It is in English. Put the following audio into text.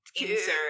insert